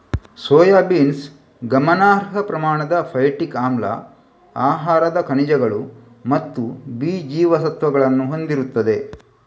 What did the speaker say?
soybeans ಗಮನಾರ್ಹ ಪ್ರಮಾಣದ phytic ಆಮ್ಲ, ಆಹಾರದ ಖನಿಜಗಳು ಮತ್ತು ಬಿ ಜೀವಸತ್ವಗಳನ್ನು ಹೊಂದಿರುತ್ತದೆ